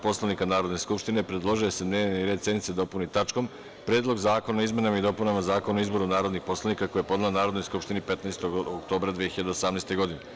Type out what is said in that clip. Poslovnika Narodne skupštine predložio je da se dnevni red sednice dopuni tačkom – Predlog zakona o izmenama i dopunama Zakona o izboru narodnih poslanika, koji je podnela Narodnoj skupštini 15. oktobra 2018. godine.